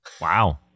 Wow